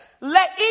let